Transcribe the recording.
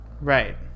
Right